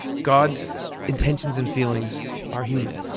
god's intentions and feelings are human.